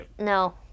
no